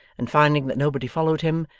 and finding that nobody followed him,